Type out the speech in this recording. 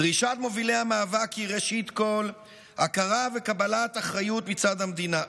דרישת מובילי המאבק היא ראשית כול הכרה וקבלת אחריות מצד המדינה,